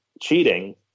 cheating